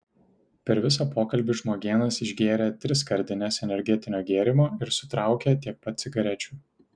per visą pokalbį žmogėnas išgėrė tris skardines energetinio gėrimo ir sutraukė tiek pat cigarečių